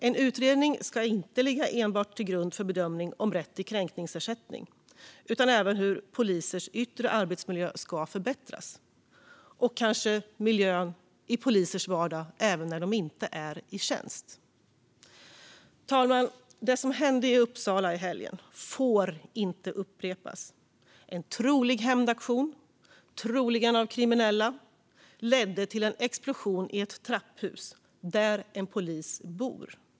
En utredning ska inte enbart ligga till grund för bedömning om rätt till kränkningsersättning utan även hur polisens yttre arbetsmiljö ska förbättras liksom kanske miljön i polisers vardag när de inte är i tjänst. Fru talman! Det som hände i Uppsala i helgen får inte upprepas. En trolig hämndaktion, troligen av kriminella, ledde till en explosion i ett trapphus där en polis bor.